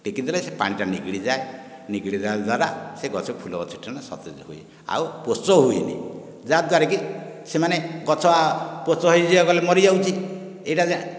ଟେକିଦେଲେ ସେ ପାଣିଟା ନିଗିଡ଼ିଯାଏ ନିଗିଡ଼ି ଗଲା ସେ ଗଛ ଫୁଲଗଛଟି ସତେଜ ରୁହେ ଆଉ ପୋଚ ହୁଏନି ଯାହାଦ୍ୱାରାକି ସେ ମାନେ ପୋଚ ହୋଇଗଲେ ମରିଯାଉଛି ଏଇଟା ଯେ